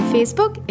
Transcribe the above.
Facebook